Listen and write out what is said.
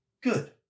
Good